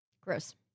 Gross